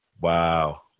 Wow